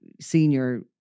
senior